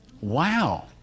wow